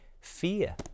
Fear